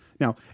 Now